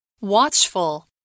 Watchful